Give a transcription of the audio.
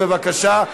בבקשה.